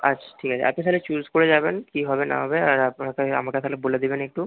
আছ ঠিক আছে একটা তাহলে চুজ করে যাবেন কী হবে না হবে আর আপনারা তাহলে আমাকে তাহলে বলে দেবেন একটু